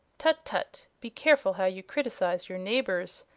tut-tut! be careful how you criticise your neighbors,